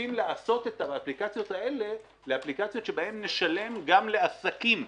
רוצים להפוך את האפליקציות האלה לאפליקציות שבהן נשלם גם לעסקים.